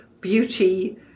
beauty